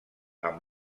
amb